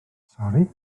sori